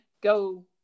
go